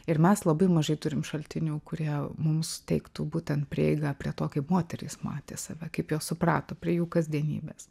ir mes labai mažai turim šaltinių kurie mums teiktų būtent prieigą prie to kaip moterys matė save kaip jos suprato prie jų kasdienybės